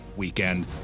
weekend